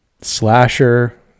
slasher